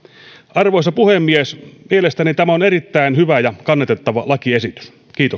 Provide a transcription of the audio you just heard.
arvoisa puhemies mielestäni tämä on erittäin hyvä ja kannatettava lakiesitys